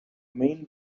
main